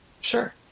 Sure